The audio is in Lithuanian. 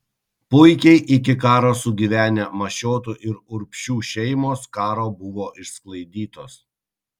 puikiai iki karo sugyvenę mašiotų ir urbšių šeimos karo buvo išsklaidytos